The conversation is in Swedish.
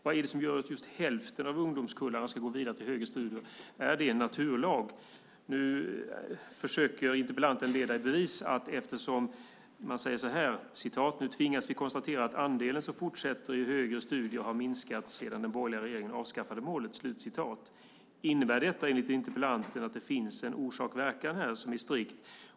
Vad är det som gör att just hälften i ungdomskullarna ska gå vidare till högre studier? Är det en naturlag? Nu försöker interpellanten leda det som han påstår i bevis. Han skriver följande i sin interpellation: "Nu tvingas vi konstatera att andelen som fortsätter i högre studier har minskat sedan den borgerliga regeringen avskaffade målet." Innebär detta enligt interpellanten att det finns en orsak och verkan här som är strikt?